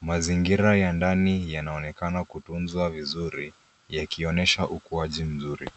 Mazingira ya ndani yanaonekana kutunzwa vizuri, yakionesha ukuaji mzuri.